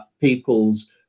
people's